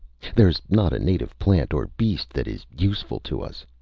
there's not a native plant or beast that is useful to us!